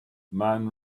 man